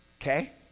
Okay